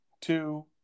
two